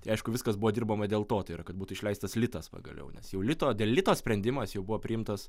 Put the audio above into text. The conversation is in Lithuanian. tai aišku viskas buvo dirbama dėl to tai yra kad būtų išleistas litas pagaliau nes jau lito dėl lito sprendimas jau buvo priimtas